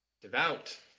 devout